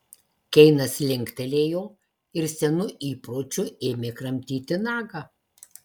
keinas linktelėjo ir senu įpročiu ėmė kramtyti nagą